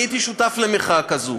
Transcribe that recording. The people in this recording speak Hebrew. אני הייתי שותף למחאה כזאת,